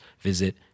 visit